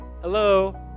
hello